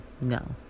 no